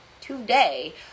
today